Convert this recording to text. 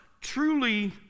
truly